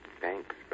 thanks